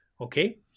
okay